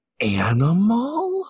animal